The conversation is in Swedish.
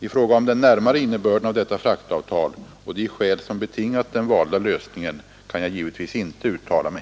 I fråga om den närmare innebörden av detta fraktavtal och de skäl som betingat den valda lösningen kan jag givetvis inte uttala mig.